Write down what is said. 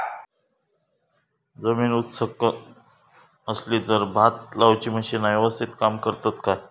जमीन उच सकल असली तर भात लाऊची मशीना यवस्तीत काम करतत काय?